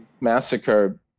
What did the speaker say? massacre